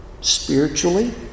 spiritually